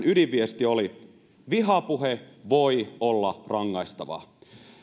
ydinviesti oli vihapuhe voi olla rangaistava